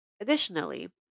Additionally